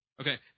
Okay